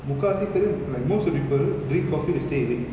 முக்காவாசி பேரு:mukkavasi peru like most of the people drink coffee to stay awake